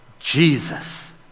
jesus